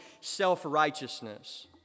self-righteousness